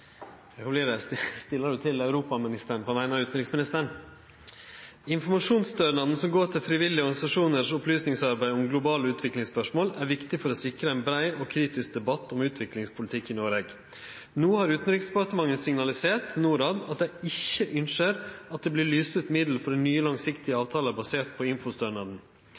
frivillige organisasjonars opplysingsarbeid om globale utviklingsspørsmål, er viktig for å sikre ein brei og kritisk debatt om utviklingspolitikk i Noreg. No har Utanriksdepartementet signalisert til Norad at dei ikkje ynskjer at det vert lyst ut midlar for nye langsiktige avtalar basert på infostønaden.